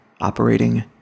Operating